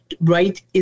right